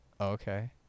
Okay